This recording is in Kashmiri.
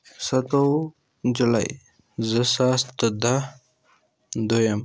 سَتووُہ جُلائی زٕ ساس تہٕ دَہ دوٚیُم